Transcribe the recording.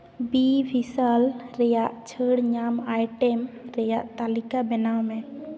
B ᱵᱷᱤᱥᱟᱞ ᱨᱮᱭᱟᱜ ᱪᱷᱟᱹᱲ ᱧᱟᱢ ᱟᱭᱴᱮᱢ ᱨᱮᱭᱟᱜ ᱛᱟᱹᱞᱤᱠᱟ ᱵᱮᱱᱟᱣ ᱢᱮ